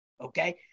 Okay